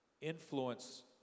influence